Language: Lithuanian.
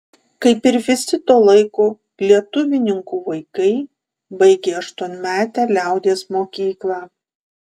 kaip ir visi to laiko lietuvininkų vaikai baigė aštuonmetę liaudies mokyklą